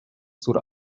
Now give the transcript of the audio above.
zur